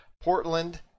Portland